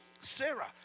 Sarah